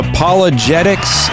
Apologetics